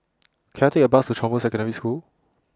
Can I Take A Bus to Chong Boon Secondary School